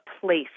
place